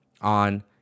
on